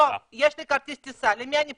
היום יש לי כרטיס טיסה, למי אני פונה?